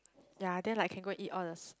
ya then like can go and eat all this